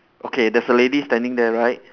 okay there's a lady standing there right